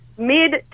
Mid